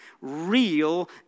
real